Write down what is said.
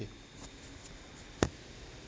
okay